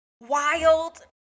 wild